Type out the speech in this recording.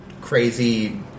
crazy